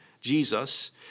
Jesus